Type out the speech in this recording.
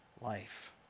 life